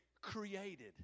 Created